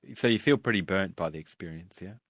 so you feel pretty burnt by the experience, yes?